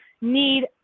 need